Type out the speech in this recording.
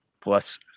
plus